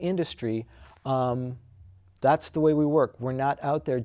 industry that's the way we work we're not out there